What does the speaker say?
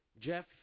Jeff